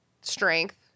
strength